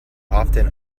often